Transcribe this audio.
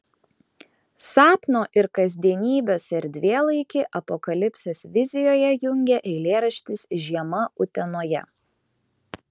sapno ir kasdienybės erdvėlaikį apokalipsės vizijoje jungia eilėraštis žiema utenoje